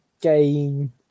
game